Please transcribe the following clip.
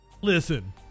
Listen